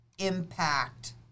Impact